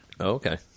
Okay